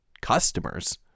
Customers